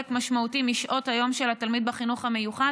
משמעותי משעות היום של התלמיד בחינוך המיוחד,